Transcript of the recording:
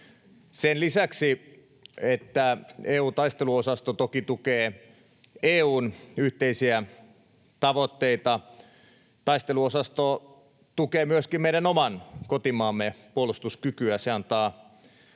Sen lisäksi, että EU:n taisteluosasto toki tukee EU:n yhteisiä tavoitteita, taisteluosasto tukee myöskin meidän oman kotimaamme puolustuskykyä.